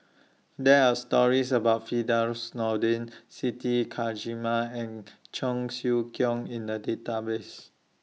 There Are stories about Firdaus Nordin Siti Khalijah and Cheong Siew Keong in The Database